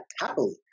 happily